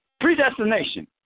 predestination